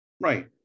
Right